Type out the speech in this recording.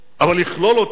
אבל לכלול אותם